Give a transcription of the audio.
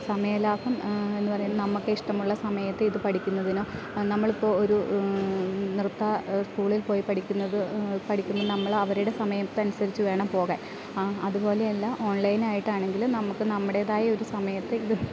സമയ ലാഭം എന്ന് പറയുന്ന നമ്മക്ക് ഇഷ്ടമുള്ള സമയത്ത് ഇത് പഠിക്കുന്നതിനും നമ്മൾ ഇപ്പോൾ ഒരു നൃത്ത സ്കൂളിൽ പോയി പഠിക്കുന്നത് പഠിക്കുമ്പോൾ നമ്മൾ അവരുടെ സമയത്തിന് അനുസരിച്ച് വേണം പോകാൻ അതുപോലെ അല്ല ഓൺലൈനായിട്ട് ആണെങ്കിലും നമുക്ക് നമ്മുടെതായ ഒരു സമയത്ത് ഇത്